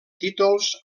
títols